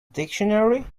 dictionary